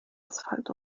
asphalt